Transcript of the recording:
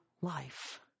life